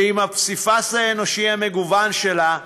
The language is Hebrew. ועם הפסיפס האנושי המגוון שלה,